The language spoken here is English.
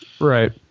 Right